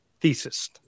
thesis